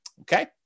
okay